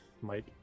Mike